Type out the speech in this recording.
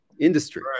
industry